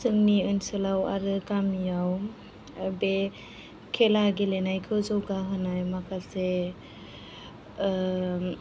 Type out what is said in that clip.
जोंनि ओनसोलाव आरो गामियाव बे खेला गेलेनायखौ जौगाहोनाय माखासे